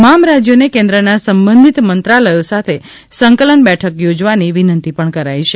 તમામ રાજ્યોને કેન્દ્રના સંબંધિત મંત્રાલયો સાથે સંકલન બેઠક યોજવાની વિનંતી પણ કરાઇ છે